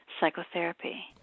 psychotherapy